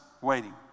waiting